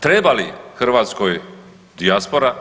Treba li Hrvatskoj dijaspora?